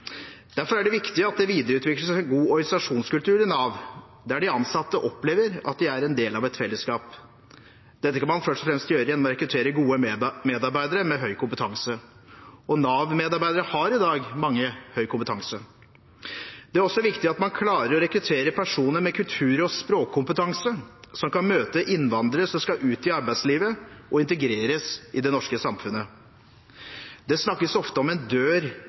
Derfor er det viktig at det videreutvikles en god organisasjonskultur i Nav, der de ansatte opplever at de er en del av et fellesskap. Dette kan man først og fremst gjøre gjennom å rekruttere gode medarbeidere med høy kompetanse. Mange Nav-medarbeidere har i dag høy kompetanse. Det er også viktig at man klarer å rekruttere personer med kultur- og språkkompetanse som kan møte innvandrere som skal ut i arbeidslivet og integreres i det norske samfunnet. Det snakkes ofte om en dør